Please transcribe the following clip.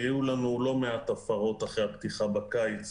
היו לנו לא מעט הפרות אחרי הפתיחה בקיץ,